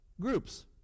groups